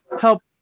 help